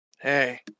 Hey